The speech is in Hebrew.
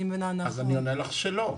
אני עונה לך שלא.